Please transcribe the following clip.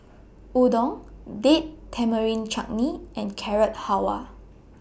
Udon Date Tamarind Chutney and Carrot Halwa